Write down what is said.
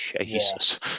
Jesus